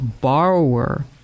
borrower